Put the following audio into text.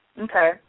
Okay